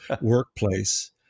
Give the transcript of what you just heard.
workplace